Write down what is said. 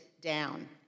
down